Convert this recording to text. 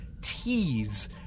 tease